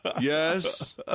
yes